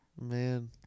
Man